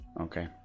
Okay